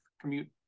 commute